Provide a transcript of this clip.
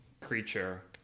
creature